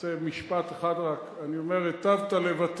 אני רוצה משפט אחד רק, אני אומר: היטבת לבטא